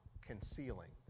concealing